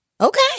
Okay